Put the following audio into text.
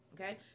okay